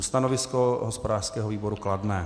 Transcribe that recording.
Stanovisko hospodářského výboru kladné.